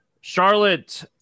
Charlotte